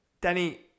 Denny